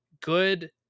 good